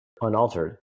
unaltered